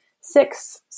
six